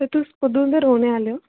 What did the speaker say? ते तुस कुद्धरूं दे रौह्ने आह्ले ओ